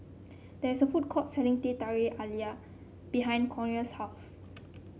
there is a food court selling Teh Halia Tarik behind Corina's house